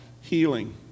healing